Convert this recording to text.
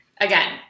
again